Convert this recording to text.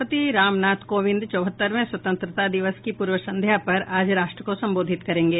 राष्ट्रपति रामनाथ कोविंद चौहत्तरवें स्वतंत्रता दिवस की पूर्व संध्या पर आज राष्ट्र को संबोधित करेंगे